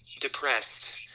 depressed